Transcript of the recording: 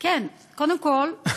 כן, קודם כול,